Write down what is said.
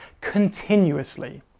continuously